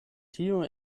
tio